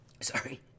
Sorry